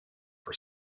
for